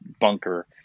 bunker